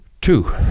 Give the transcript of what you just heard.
Two